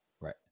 Right